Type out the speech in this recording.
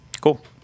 cool